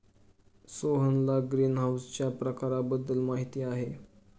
सोहनला ग्रीनहाऊसच्या प्रकारांबद्दल माहिती आहे